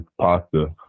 pasta